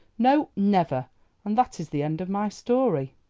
no, never and that is the end of my story.